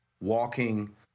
walking